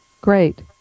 Great